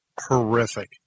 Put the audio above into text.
horrific